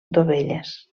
dovelles